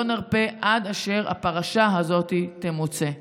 לא נרפה עד אשר הפרשה הזאת תמוצה.